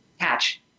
catch